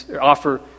offer